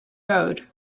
road